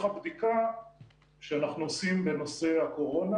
הבדיקה שאנחנו עושים בנושא הקורונה,